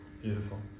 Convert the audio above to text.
Beautiful